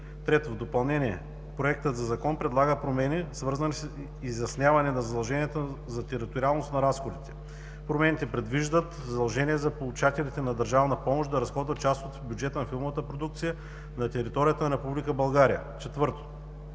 Трето, в допълнение, Проектът на Закон предлага промени, свързани с изяснение на задълженията за териториалност на разходите. Промените предвиждат задължение за получателите на държавна помощ да разходват част от бюджета на филмовата продукция на територията на Република България. Четвърто,